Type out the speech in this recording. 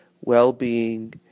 well-being